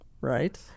right